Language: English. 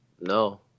no